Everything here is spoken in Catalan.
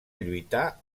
lluità